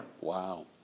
Wow